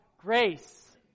grace